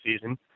season